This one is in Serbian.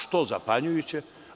Što zapanjujuće?